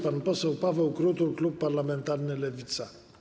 Pan poseł Paweł Krutul, klub parlamentarny Lewica.